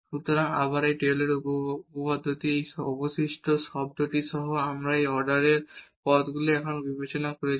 সুতরাং আবার এই টেইলরের উপপাদ্যটি এই অবশিষ্ট শব্দটি সহ এবং আমরা এই তৃতীয় অর্ডার পদগুলি এখানে বিবেচনা করেছি